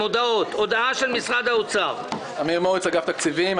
אני אמיר מוריץ מאגף תקציבים.